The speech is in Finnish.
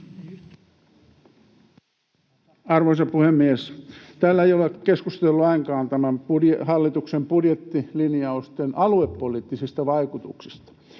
Arvoisa puhemies! Täällä ei ole keskusteltu lainkaan tämän hallituksen budjettilinjausten aluepoliittisista vaikutuksista.